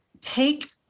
take